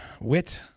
wit